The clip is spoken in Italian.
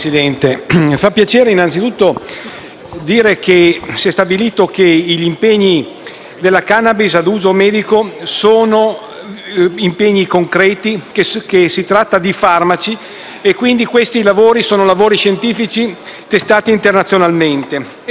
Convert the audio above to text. si è stabilito che gli impieghi della *cannabis* a uso medico sono concreti, che si tratta di farmaci e che questi sono lavori scientifici testati internazionalmente. Questo è già un passo n avanti.